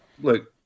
look